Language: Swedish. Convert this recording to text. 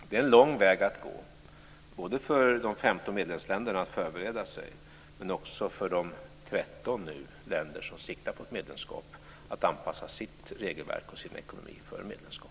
Det är en lång väg att gå, både för de 15 medlemsländerna att förbereda sig och för de 13 länder som siktar på ett medlemskap, att anpassa sitt regelverk och sin ekonomi för medlemskap.